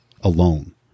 alone